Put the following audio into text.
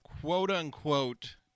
quote-unquote